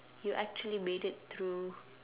you actually made it through